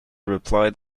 reply